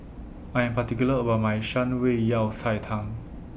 I Am particular about My Shan Rui Yao Cai Tang